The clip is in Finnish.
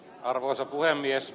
arvoisa puhemies